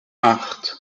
acht